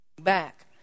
back